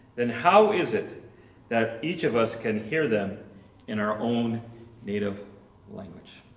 then how is it that each of us can hear them in our own native language?